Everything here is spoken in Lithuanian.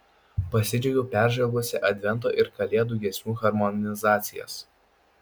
pasidžiaugiau peržvelgusi advento ir kalėdų giesmių harmonizacijas